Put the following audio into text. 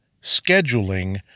Scheduling